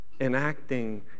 enacting